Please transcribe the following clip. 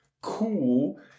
cool